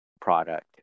product